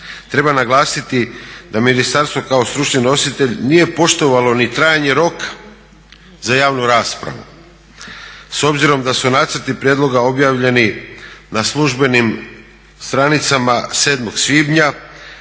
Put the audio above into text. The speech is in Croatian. Treba naglasiti da ministarstvo kao stručni nositelj nije poštovalo ni krajnji rok za javnu raspravu. S obzirom da su nacrti prijedloga objavljeni na službenim stranicama 7.svibnja,